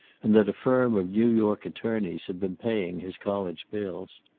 and that a firm of new york attorneys had been paying his college bills.